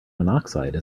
monoxide